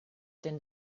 denn